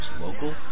local